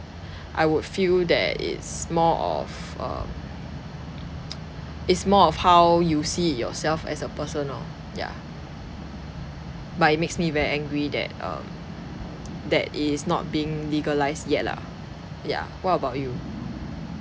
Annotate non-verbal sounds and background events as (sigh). I would feel that is more of um (noise) it's more of how you see it yourself as a person lor yeah but it makes me very angry that um (noise) that it is not being legalised yet lah yeah what about you ya